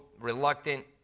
reluctant